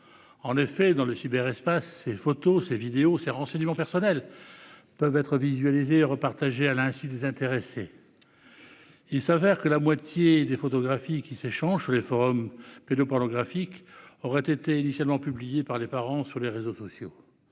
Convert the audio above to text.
En effet, dans le cyberespace, ces photos, ces vidéos, ces renseignements personnels peuvent être visualisés et repartagés à l'insu des intéressés. Ainsi, la moitié des photographies qui s'échangent sur les forums pédopornographiques auraient été initialement publiées par les parents sur les réseaux sociaux.